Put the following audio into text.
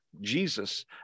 jesus